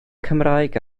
cymraeg